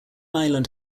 island